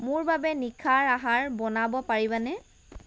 মোৰ বাবে নিশাৰ আহাৰ বনাব পাৰিবানে